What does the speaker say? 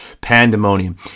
pandemonium